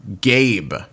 Gabe